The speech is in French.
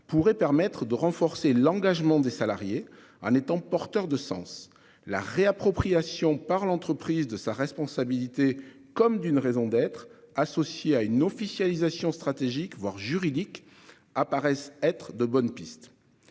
pourrait permettre de renforcer l'engagement des salariés en étant porteur de sens. La réappropriation par l'entreprise de sa responsabilité comme d'une raison d'être associé à une officialisation stratégique voire juridique apparaissent être de bonne piste.